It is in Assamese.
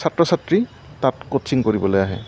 ছাত্ৰ ছাত্ৰী তাত কোচিং কৰিবলৈ আহে